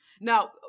Now